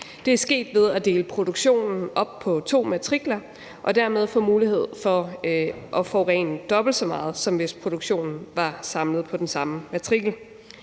Det er sket ved at dele produktionen op på to matrikler og dermed få mulighed for at forurene dobbelt så meget, som hvis produktionen var samlet på den samme matrikel.